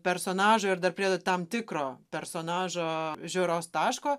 personažo ir dar priedo tam tikro personažo žiūros taško